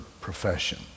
profession